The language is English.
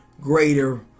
greater